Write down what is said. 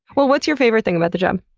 well, what's your favorite thing about the job?